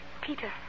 Peter